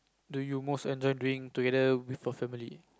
do you most enjoy doing together with your family